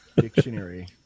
Dictionary